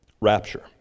Rapture